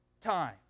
time